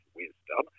wisdom